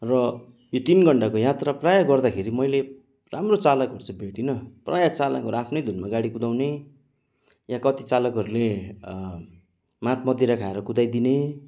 र यो तिन घन्टाको यात्रा प्राय गर्दाखेरि मैले राम्रो चालकहरू चाहिँ भेटिन प्राय चालकहरू आफ्नै धुनमा गाडी कुदाउने या कति चालकहरूले मदमदिरा खाएर कुदाइदिने